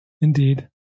Indeed